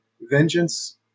Vengeance